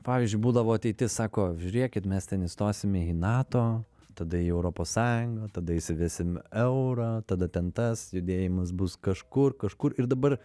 pavyzdžiui būdavo ateitis sako žiūrėkit mes ten įstosime į nato tada į europos sąjungą tada įsivesim eurą tada ten tas judėjimas bus kažkur kažkur ir dabar